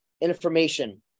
information